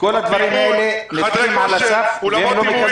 כל הדברים אלה נדחים על הסף והם לא מקבלים